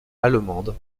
allemande